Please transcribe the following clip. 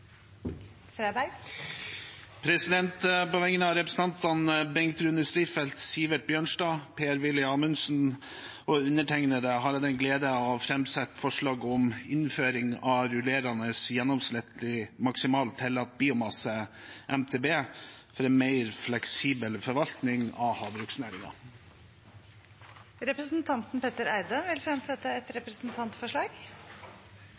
Freiberg vil fremsette et representantforslag. På vegne av representantene Bengt Rune Strifeldt, Sivert Bjørnstad, Per-Willy Amundsen og meg selv har jeg den glede å framsette forslag om innføring av rullerende gjennomsnittlig maksimal tillatt biomasse, MTB, for en mer fleksibel forvaltning av havbruksnæringen. Representanten Petter Eide vil fremsette et